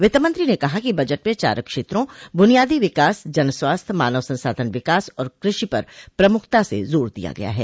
वित्तमंत्रो ने कहा कि बजट में चार क्षेत्रों बुनियादी विकास जनस्वास्थ्य मानव संसाधन विकास और कृषि पर प्रमुखता से जोर दिया गया है